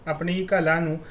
ਆਪਣੀ ਕਲਾ ਨੂੰ